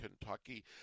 Kentucky